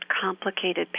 complicated